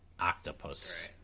octopus